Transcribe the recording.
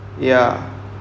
ya